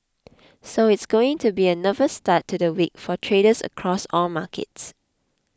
so it's going to be a nervous start to the week for traders across all markets